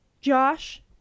Josh